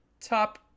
top